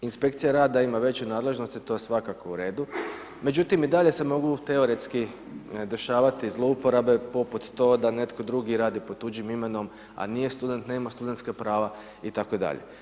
Inspekcija rada ima veće nadležnosti, to je svakako u redu, međutim i dalje se mogu teoretski dešavati zlouporabe, poput to da netko drugi radi pod tuđim imenom, a nije student, nema studenska prava i tako dalje.